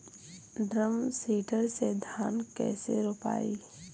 Drum seeder से धान कैसे रोपाई?